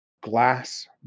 glass